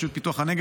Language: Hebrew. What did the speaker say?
בוא.